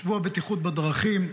שבוע הבטיחות בדרכים,